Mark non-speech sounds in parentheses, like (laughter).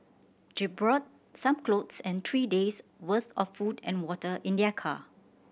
(unintelligible) brought some clothes and three days'worth of food and water in their car